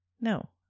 No